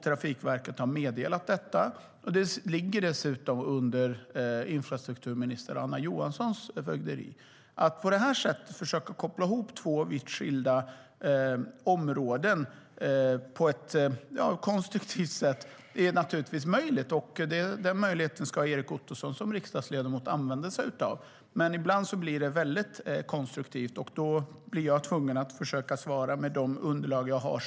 Trafikverket har meddelat detta. Det ligger dessutom under infrastrukturminister Anna Johanssons fögderi. Att på det här sättet försöka koppla ihop två vitt skilda områden på ett konstruktivt sätt är naturligtvis möjligt. Den möjligheten ska Erik Ottoson som riksdagsledamot använda sig av. Men ibland blir det väldigt konstruktivt, och då blir jag tvungen att försöka svara med de underlag jag har.